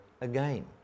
again